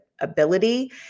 Ability